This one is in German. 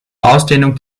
ausdehnung